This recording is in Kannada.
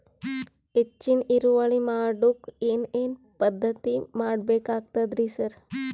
ಹೆಚ್ಚಿನ್ ಇಳುವರಿ ಮಾಡೋಕ್ ಏನ್ ಏನ್ ಪದ್ಧತಿ ಮಾಡಬೇಕಾಗ್ತದ್ರಿ ಸರ್?